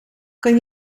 kan